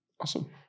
awesome